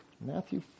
Matthew